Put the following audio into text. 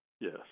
yes